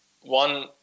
one